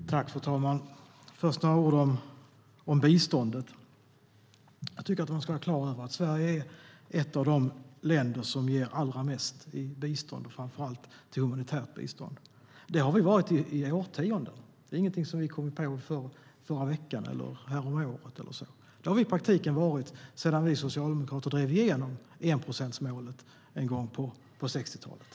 Fru talman! Först vill jag säga några ord om biståndet. Jag tycker att man ska vara klar över att Sverige är ett av de länder som ger allra mest i bistånd och framför allt till humanitärt bistånd. Det har vi varit i årtionden. Det är ingenting som vi kom på förra veckan eller häromåret. Det har vi i praktiken varit sedan vi socialdemokrater drev igenom enprocentsmålet på 60-talet.